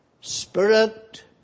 spirit